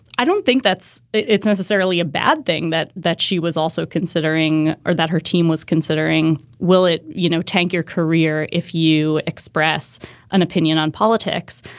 i don't think that's it's necessarily a bad thing that that she was also considering or that her team was considering. will it, you know, tank your career if you express an opinion on politics?